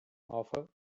offer